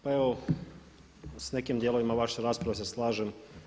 Pa evo s nekim dijelovima vaše rasprave se slažem.